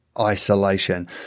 Isolation